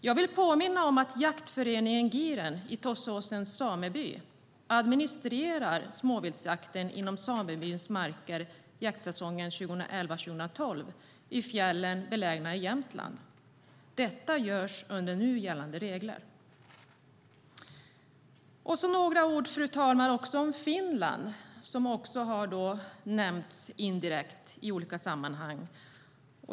Jag vill påminna om att jaktföreningen Giehren i Tåssåsens sameby administrerar småviltsjakten inom samebyns marker jaktsäsongen 2011/12 i fjällen belägna i Jämtland. Detta görs under nu gällande regler. Fru talman! Jag ska säga några ord om Finland, som indirekt har nämnts i olika sammanhang.